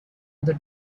other